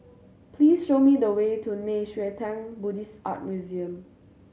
please show me the way to Nei Xue Tang Buddhist Art Museum